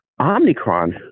Omnicron